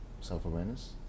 self-awareness